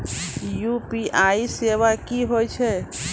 UPI सेवा की होय छै?